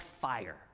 fire